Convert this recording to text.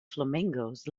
flamingos